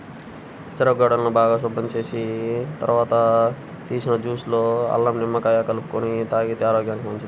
చెరుకు గడలను బాగా శుభ్రం చేసిన తర్వాత తీసిన జ్యూస్ లో అల్లం, నిమ్మకాయ కలుపుకొని తాగితే ఆరోగ్యానికి మంచిది